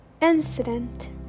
incident